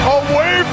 away